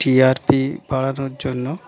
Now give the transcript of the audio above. টি R P বাড়ানোর জন্য